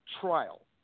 trial